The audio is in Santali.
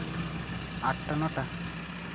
ᱟᱴᱴᱟ ᱱᱚᱴᱟ